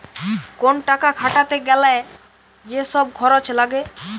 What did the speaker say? কোন টাকা খাটাতে গ্যালে যে সব খরচ লাগে